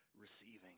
receiving